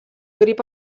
grip